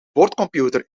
boordcomputer